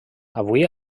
avui